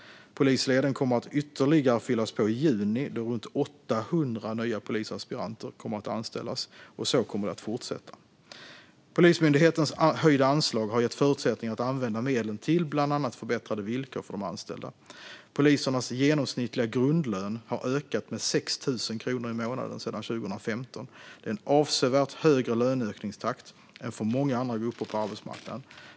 Polisleden kommer att ytterligare fyllas på i juni då runt 800 nya polisaspiranter kommer att anställas. Så kommer det att fortsätta. Polismyndighetens höjda anslag har gett förutsättningar att använda medlen till bland annat förbättrade villkor för de anställda. Polisernas genomsnittliga grundlön har ökat med 6 000 kronor i månaden sedan 2015. Det är en avsevärt högre löneökningstakt än för många andra grupper på arbetsmarknaden.